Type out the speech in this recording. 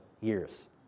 years